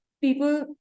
people